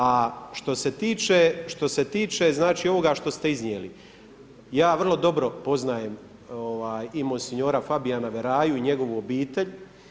A što se tiče, znači ovoga što ste iznijeli ja vrlo dobro poznajem i monsignora Fabijana Veraju i njegovu obitelj.